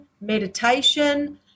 meditation